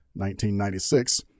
1996